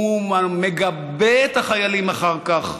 הוא מגבה את החיילים אחר כך,